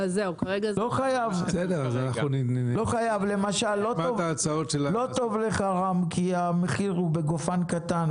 לא טוב לך, רם, כי המחיר הוא בגופן קטן.